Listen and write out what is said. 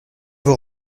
vous